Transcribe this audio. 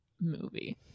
movie